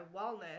wellness